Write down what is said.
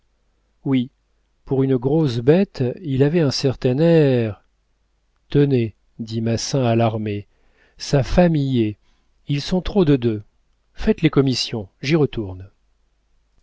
oui pour une grosse bête il avait un certain air tenez dit massin alarmé sa femme y est ils sont trop de deux faites les commissions j'y retourne